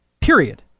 period